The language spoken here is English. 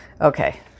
okay